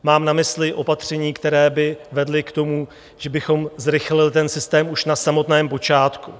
Mám na mysli opatření, která by vedla k tomu, že bychom zrychlili ten systém už na samotném počátku.